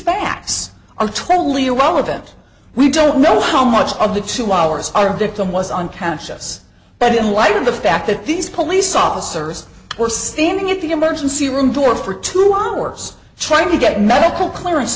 twiddly relevant we don't know how much of the two hours our victim was unconscious but in light of the fact that these police officers were standing at the emergency room door for two hours trying to get medical clearance